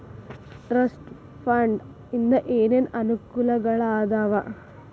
trust fund ಇಂದ ಏನೇನ್ ಅನುಕೂಲಗಳಾದವ